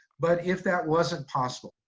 but if that wasn't possible,